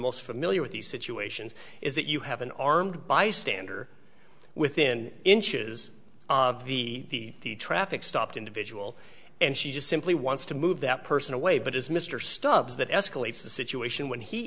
most familiar with these situations is that you have an armed bystander within inches of the traffic stopped individual and she just simply wants to move that person away but as mr stubbs that escalates the situation when he